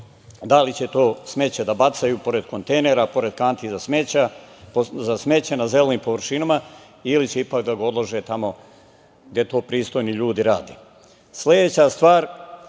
da li će to smeće da bacaju pored kontejnera, pored kanti za smeće, na zelenim površinama ili će ipak da ga odlože tamo gde to pristojni ljudi